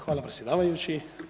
Hvala predsjedavajući.